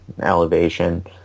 elevation